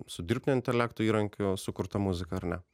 su dirbtinio intelekto įrankiu sukurta muzika ar ne